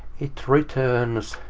it returns